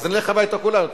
אז נלך הביתה כולנו.